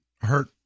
hurt